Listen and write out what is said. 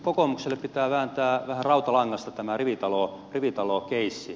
kokoomukselle pitää vääntää vähän rautalangasta tämä rivitalokeissi